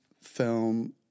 film